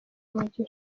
umugisha